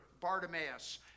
Bartimaeus